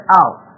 out